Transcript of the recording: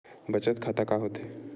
बचत खाता का होथे?